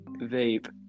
vape